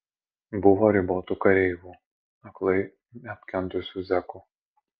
buvo ribotų kareivų aklai neapkentusių zekų